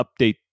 update